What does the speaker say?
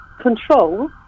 control